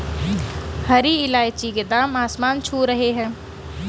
हरी इलायची के दाम आसमान छू रहे हैं